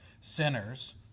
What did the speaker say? Sinners